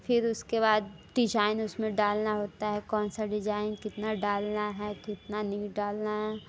फिर उसके बाद डिजाइन उसमें डालना होता है कौन सा डिजाइन कितना डालना है कितना नहीं डालना हैं